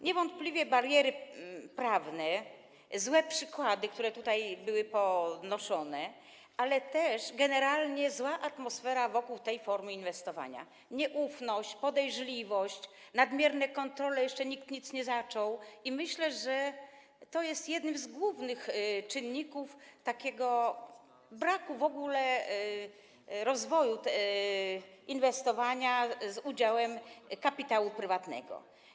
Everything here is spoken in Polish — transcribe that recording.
Niewątpliwie bariery prawne, złe przykłady, które tutaj były podnoszone, ale też generalnie zła atmosfera wokół tej formy inwestowania, nieufność, podejrzliwość, nadmierne kontrole, jak jeszcze nikt nic nie zaczął - myślę, że to są jedne z głównych czynników takiego braku rozwoju inwestowania z udziałem kapitału prywatnego.